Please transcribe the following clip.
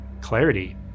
clarity